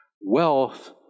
Wealth